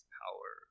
power